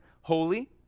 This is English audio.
holy